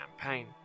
campaign